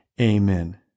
Amen